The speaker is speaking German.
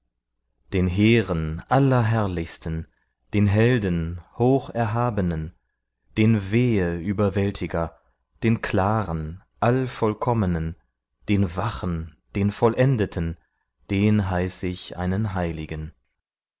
den hehren allerherrlichsten den helden hocherhabenen den wehe überwältiger den klaren allvollkommenen den wachen den vollendeten den heiß ich einen heiligen